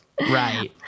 right